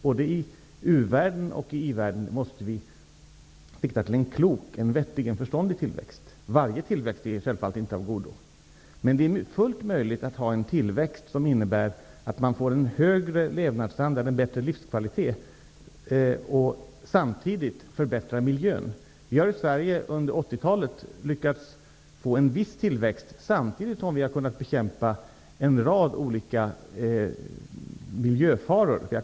Både i u-världen och i i-världen måste vi sträva efter en vettig och förståndig tillväxt. Varje tillväxt är självfallet inte av godo. Men det är fullt möjligt att ha en tillväxt som leder till en bättre levnadsstandard och en högre livskvalitet, samtidigt som miljön kan förbättras. Under 80-talet lyckades vi i Sverige få en viss tillväxt, samtidigt som vi kunde bekämpa en rad olika miljöfaror.